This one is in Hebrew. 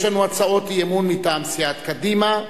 יש לנו הצעות אי-אמון מטעם סיעת קדימה,